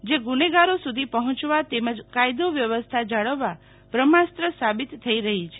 જે ગુનેગારો સુધી પહોંચવા તેમજ કાયદો વ્યવસ્થા જાળવવા બ્રાહ્માસ્ત્ર સાબિત થઈ રહી છે